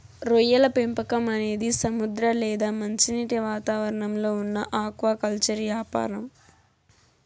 రొయ్యల పెంపకం అనేది సముద్ర లేదా మంచినీటి వాతావరణంలో ఉన్న ఆక్వాకల్చర్ యాపారం